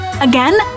Again